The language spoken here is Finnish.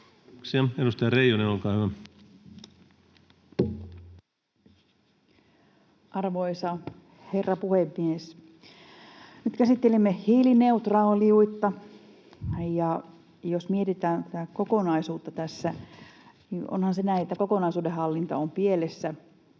16:12 Content: Arvoisa herra puhemies! Nyt käsittelemme hiilineutraaliutta, ja jos mietitään tätä kokonaisuutta tässä, niin onhan se näin, että kokonaisuuden hallinta on pielessä,